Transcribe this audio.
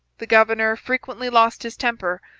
the governor frequently lost his temper,